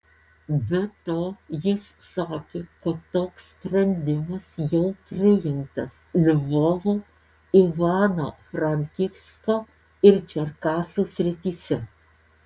be to jis sakė kad toks sprendimas jau priimtas lvovo ivano frankivsko ir čerkasų srityse